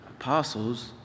apostles